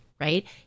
right